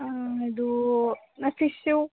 ಹಾಂ ಅದು ಅಂ ಫಿಶ್ಶು